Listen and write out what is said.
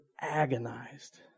agonized